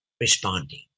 responding